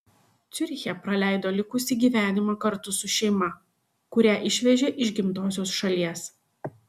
ciuriche praleido likusį gyvenimą kartu su šeima kurią išvežė iš gimtosios šalies